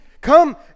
come